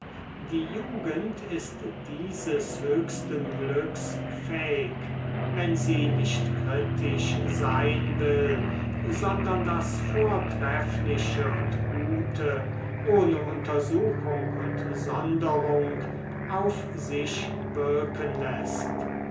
die jugend ist dieses höchsten glücks fähig wenn sie nicht kritisch sein will sondern das vortreffliche und gute ohne untersuchung und sonderung auf sich wirken läßt